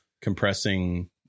compressing